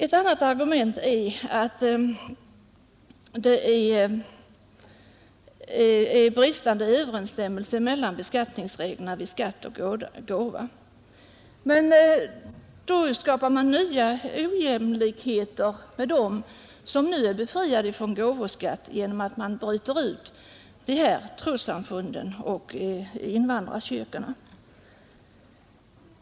Ett annat argument är att det råder bristande överensstämmelse mellan beskattningsreglerna vid skatt och vid gåva. Men om man bryter ut trossamfunden och invandrarkyrkorna skapar man nya ojämlikheter gentemot dem som nu är befriade från gåvoskatt.